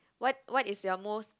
what what is your most